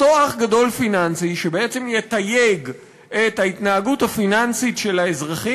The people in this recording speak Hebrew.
אותו אח גדול פיננסי שבעצם יתייג את ההתנהגות הפיננסית של האזרחים,